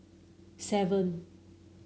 seven